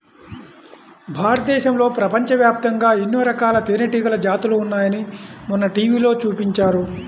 భారతదేశంలో, ప్రపంచవ్యాప్తంగా ఎన్నో రకాల తేనెటీగల జాతులు ఉన్నాయని మొన్న టీవీలో చూపించారు